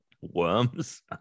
worms